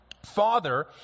Father